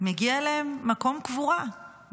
מגיע להם מקום קבורה,